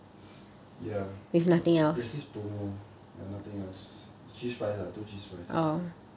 ya there's this promo~ and nothing else cheese fries ah two cheese fries